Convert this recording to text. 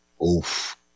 Oof